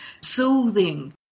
soothing